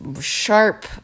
sharp